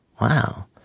wow